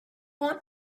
want